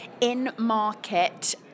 in-market